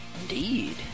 Indeed